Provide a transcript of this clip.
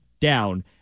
down